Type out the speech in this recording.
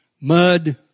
mud